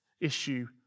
issue